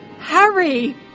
Harry